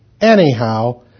Anyhow